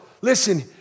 listen